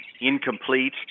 incomplete